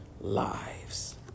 lives